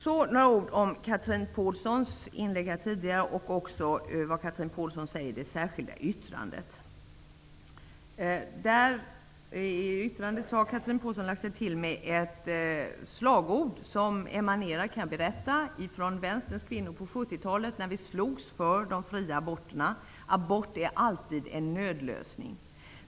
Så några ord om Chatrine Pålssons inlägg här tidigare och vad hon säger i det särskilda yttrandet. I yttrandet har Chatrine Pålsson lagt sig till med ett slagord som emanerar, kan jag berätta, från vänsterns kvinnor på 70-talet när vi slogs för de fria aborterna: Abort är alltid en nödlösning.